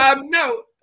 No